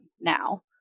now